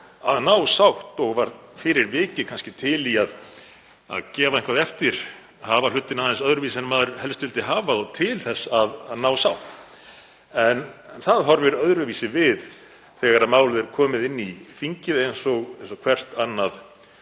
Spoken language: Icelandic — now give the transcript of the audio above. að ná sátt og var fyrir vikið kannski til í að gefa eitthvað eftir, hafa hlutina aðeins öðruvísi en maður helst vildi hafa, til þess að ná sátt. En það horfir öðruvísi við þegar málið er komið inn í þingið eins og hvert annað